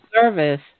service